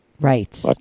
Right